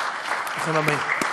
ברוכים הבאים.